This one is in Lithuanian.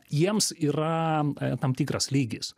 jiems yra tam tikras lygis